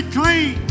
clean